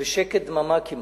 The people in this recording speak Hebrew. ושקט דממה כמעט.